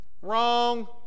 Wrong